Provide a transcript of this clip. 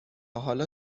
حالا